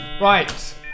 Right